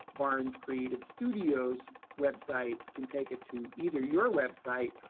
barnes creative studios website, can take it to either your website,